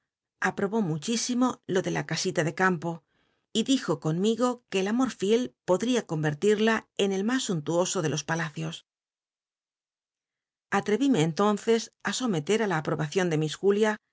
aprobó muchísimo lo de la casita de campo y lijo conm igo que el amor fiel podría com crli l'ia en el mas suntuoso de los pal icios atredmc entonces á someter í la aprobacion de miss